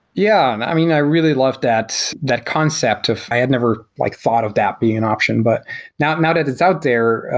yeah. i mean, i really love that that concept of i had never like thought of that being an option, but now that it's out there,